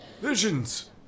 visions